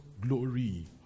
glory